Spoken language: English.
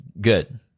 good